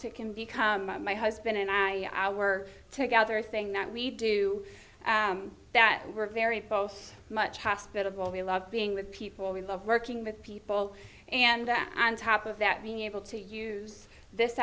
to can become my husband and i were together thing that we do that we're very both much hospitable we love being with people we love working with people and on top of that mean able to use this